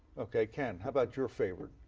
ok, ken, how about your favorite?